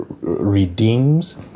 redeems